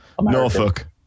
norfolk